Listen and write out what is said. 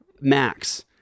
Max